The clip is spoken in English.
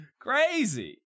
crazy